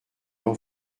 n’en